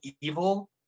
Evil